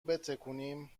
بتکونیم